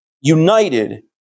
united